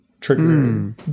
trigger